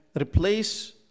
replace